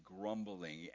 grumbling